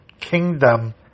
kingdom